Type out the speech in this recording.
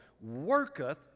worketh